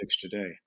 today